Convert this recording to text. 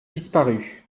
disparut